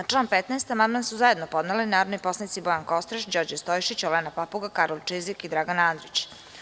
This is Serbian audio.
Na član 15. amandman su zajedno podneli narodni poslanici Bojan Kostreš, Đorđe Stojšić, Olena Papuga, Karolj Čizik i Dragan Andrić.